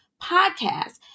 podcast